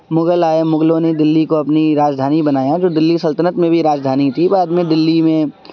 مغل آئے مغلوں نے دلی کو اپنی راجدھانی بنایا جو دلی سلطنت میں بھی راجدھانی تھی بعد میں دلی میں